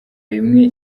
imwe